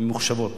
ממוחשבות,